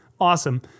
awesome